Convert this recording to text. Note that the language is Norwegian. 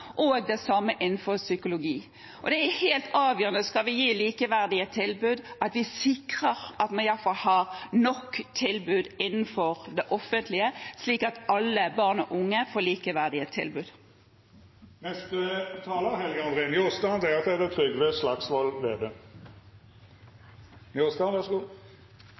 Det samme skjer innenfor psykologi. Det er helt avgjørende om vi skal gi likeverdige tilbud, at vi sikrer at vi i alle fall har nok tilbud innenfor det offentlige, slik at alle barn og unge får likeverdige